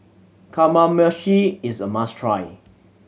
kamameshi is a must try